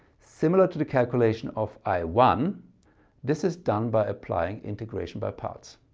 similar to the calculation of i one this is done by applying integration by parts.